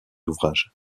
ouvrages